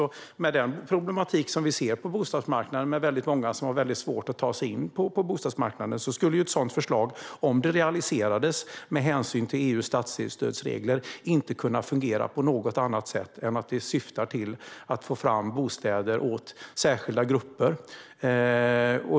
Med de problem vi ser på bostadsmarknaden, där många har svårt att ta sig in på marknaden, skulle ett sådant förslag, om det realiserades, med hänsyn till EU:s statsstödsregler inte fungera på något annat sätt än att det syftar till att få fram bostäder åt särskilda grupper.